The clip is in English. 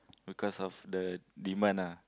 because of the demand ah